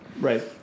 Right